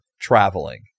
traveling